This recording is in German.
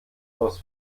aus